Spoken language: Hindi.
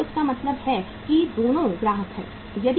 तो इसका मतलब है कि दोनों ग्राहक हैं